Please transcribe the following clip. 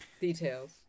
Details